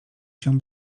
się